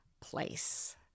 place